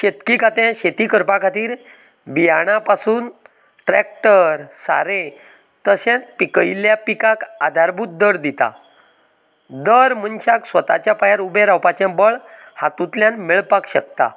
शेतकी खातें शेती करपा खातीर बियाणां पासून ट्रेक्टर सारें तशेंच पिकयल्लें पिकांक आदारभूत दर दितात दर मनशांक स्वताच्या पांयार उबें रावपाचे बळ हातूंतल्यान मेळपाक शकता